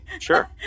sure